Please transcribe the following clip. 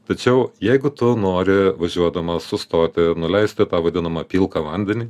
tačiau jeigu tu nori važiuodamas sustoti nuleisti tą vadinamą pilką vandenį